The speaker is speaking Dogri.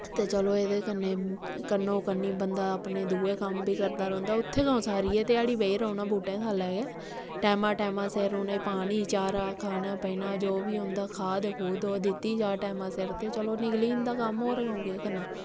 ते चलो एह्दे कन्नै कन्नो कन्नी बंदा अपने दुए कम्म बी करदा रौंह्दा उत्थै कदूं सारी गै ध्याड़ी बेही रौह्ना बूह्टे थल्लै गै टैमा टैमा सिर उ'नें गी पानी चारा खाना पीना जो बी होंदा खाद खूद ओह् दित्ती जाऽ टैमा सिर ते चलो निकली जंदा कम्म होर कदूं केह् करना